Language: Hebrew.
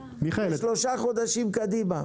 לשלושה חודשים קדימה.